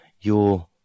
Your